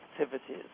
activities